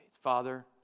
Father